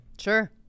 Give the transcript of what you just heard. Sure